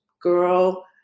girl